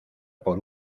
por